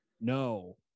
No